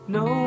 no